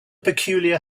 peculiar